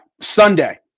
Sunday